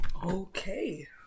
okay